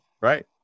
Right